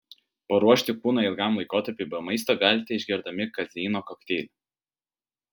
paruošti kūną ilgam laikotarpiui be maisto galite išgerdami kazeino kokteilį